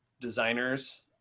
designers